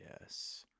Yes